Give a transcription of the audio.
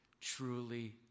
truly